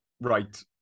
Right